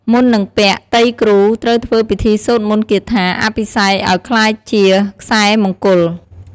មុននឹងពាក់ ទៃគ្រូត្រូវធ្វើពិធីសូត្រមន្តគាថាអភិសេកឱ្យក្លាយជាខ្សែមង្គល។